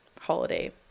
holiday